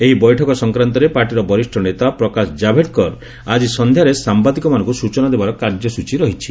ଏହି ବୈଠକ ସଂକ୍ରାନ୍ତରେ ପାର୍ଟିର ବରିଷ୍ଣ ନେତା ପ୍ରକାଶ ଜାଭେଦକର ଆଜି ସଂଧ୍ୟାରେ ସାମ୍ବାଦିକମାନଙ୍କୁ ସୂଚନା ଦେବାର କାର୍ଯ୍ୟସ୍ତ୍ରୀ ରହିଛି